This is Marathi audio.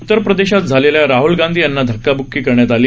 उत्तर प्रदेशात राहल गांधी यांना धक्काब्क्की करण्यात आली